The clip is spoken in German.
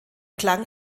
klang